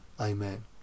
Amen